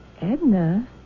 Edna